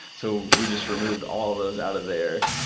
so we just removed all of those out of there.